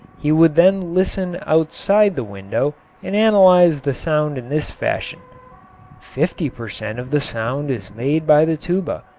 he would then listen outside the window and analyze the sound in this fashion fifty per cent. of the sound is made by the tuba,